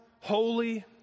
holy